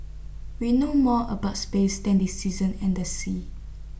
we know more about space than the seasons and the seas